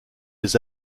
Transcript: les